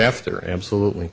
after absolutely